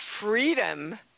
freedom